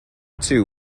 two